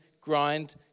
grind